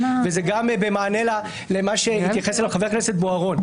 וזה גם במענה למה שהתייחס אליו חבר הכנסת בוארון.